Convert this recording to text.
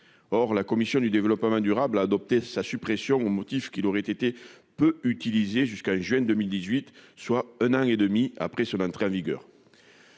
Or la commission du développement durable a adopté sa suppression, au motif qu'il aurait été peu utilisé jusqu'en juin 2018, soit un an et demi après son entrée en vigueur.